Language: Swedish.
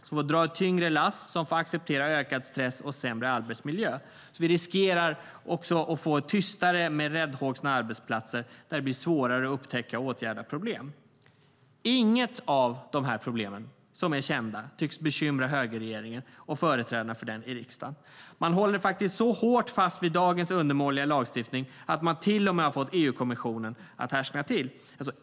De får dra ett tyngre lass, acceptera ökad stress och får sämre arbetsmiljö. Vi riskerar också att få tystare och mer räddhågsna arbetsplatser där det blir svårare att upptäcka och åtgärda problem. Inget av dessa problem, som är kända, tycks bekymra högerregeringen och företrädarna för den i riksdagen. Man håller så hårt fast vid dagens undermåliga lagstiftning att man till och med har fått EU-kommissionen att härskna till.